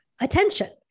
attention